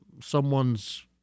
someone's